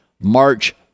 March